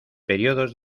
períodos